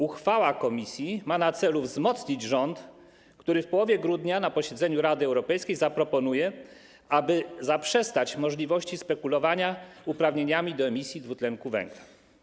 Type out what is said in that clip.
Uchwała komisji ma na celu wzmocnić rząd, który w połowie grudnia na posiedzeniu Rady Europejskiej zaproponuje, aby zaprzestać możliwości spekulowania uprawnieniami do emisji dwutlenku węgla.